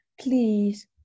please